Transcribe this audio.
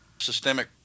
Systemic